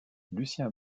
lucien